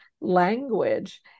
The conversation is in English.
language